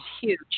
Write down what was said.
huge